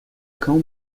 cão